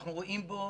אנחנו רואים בו